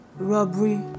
Robbery